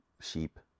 sheep